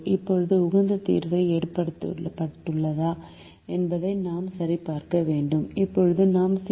இப்போது உகந்த தீர்வு எட்டப்பட்டுள்ளதா என்பதை நாம் சரிபார்க்க வேண்டும் இப்போது நாம் சி